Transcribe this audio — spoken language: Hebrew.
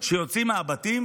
שיוצאים מהבתים